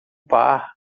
par